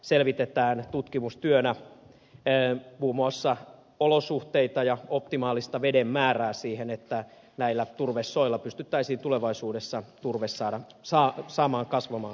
selvitetään tutkimustyönä muun muassa olosuhteita ja optimaalista veden määrää sille että näillä turvesoilla pystyttäisiin tulevaisuudessa turve saamaan kasvamaan uudestaan